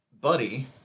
buddy